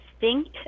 distinct